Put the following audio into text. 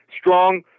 Strong